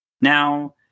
Now